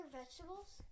Vegetables